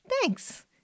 thanks